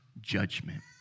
judgment